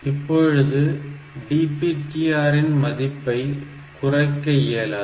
இப்பொழுது DPTR இன் மதிப்பை குறைக்க இயலாது